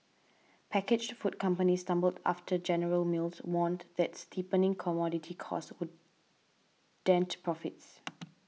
packaged food companies stumbled after General Mills warned that steepening commodity costs would dent profits